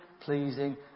pleasing